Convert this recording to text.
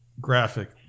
graphic